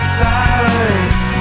silence